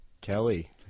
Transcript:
Kelly